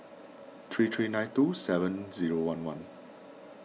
three three nine two seven zero one one